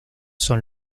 son